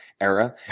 era